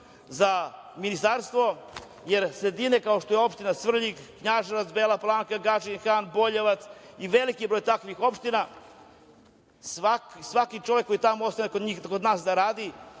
za ministarstvo, jer sredine kao što je opština Svrljig, Knjaževac, Bela Palanka, Gadžin Han, Boljevac i veliki broj takvih opština, svaki čovek koji ostane kod nas da radi,